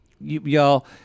y'all